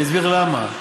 אני אסביר לך למה: